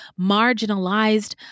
marginalized